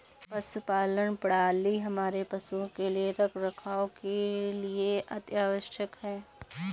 पशुपालन प्रणाली हमारे पशुओं के रखरखाव के लिए अति आवश्यक है